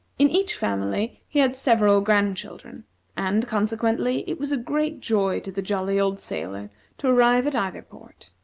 in each family he had several grandchildren and, consequently, it was a great joy to the jolly old sailor to arrive at either port.